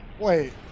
Wait